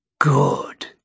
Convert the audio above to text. Good